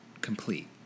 complete